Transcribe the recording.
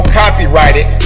copyrighted